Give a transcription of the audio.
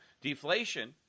deflation